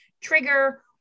trigger